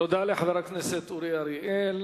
תודה לחבר הכנסת אורי אריאל.